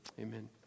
amen